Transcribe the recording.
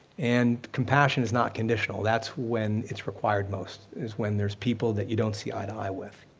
and compassion is not conditional. that's when it's required most, is when there's people that you don't see eye to eye with.